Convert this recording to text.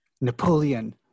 Napoleon